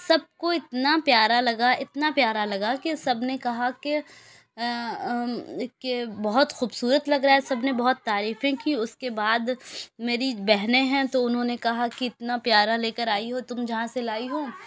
سب کو اتنا پیارا لگا اتنا پیارا لگا کہ سب نے کہا کہ کہ بہت خوبصورت لگ رہا ہے سب نے بہت تعریفیں کی اس کے بعد میری بہنیں ہیں تو انہوں نے کہا کہ اتنا پیارا لے کر آئی ہو تم جہاں سے لائی ہو